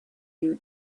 you